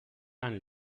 tant